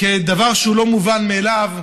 כדבר שהוא לא מובן מאליו,